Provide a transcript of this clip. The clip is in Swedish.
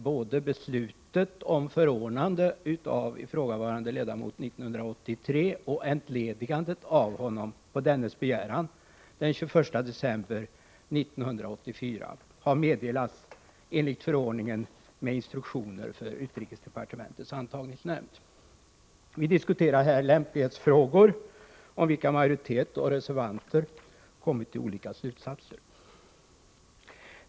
Både beslutet om förordnande av ifrågavarande ledamot 1983 och entledigandet av honom, på dennes begäran, den 21 december 1984, har meddelats enligt förordning med instruktioner för utrikesdepartementets antagningsnämnd. Vi diskuterar här lämplighetsfrågor, om vilken majoritet och reservanter kommit till olika slutsatser.